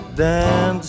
dance